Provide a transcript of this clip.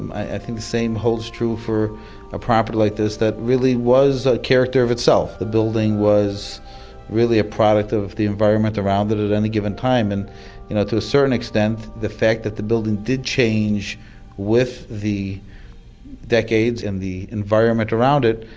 i think same holds true for a property like this that really was a character of itself. the building was really a product of the environment around it at any given time and you know to a certain extent extent the fact that the building did change with the decades and the environment around it,